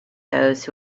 those